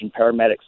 paramedics